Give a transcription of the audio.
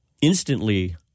Instantly